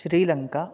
Sri Lanka